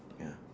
ya